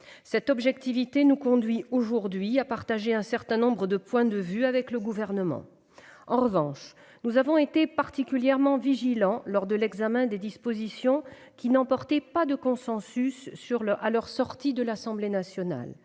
Cette objectivité nous conduit à partager un certain nombre de points de vue avec le Gouvernement. En revanche, nous avons été particulièrement vigilants lors de l'examen des dispositions qui n'emportaient pas de consensus à leur sortie de l'Assemblée nationale.